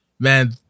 Man